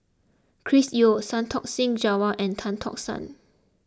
Chris Yeo Santokh Singh Grewal and Tan Tock San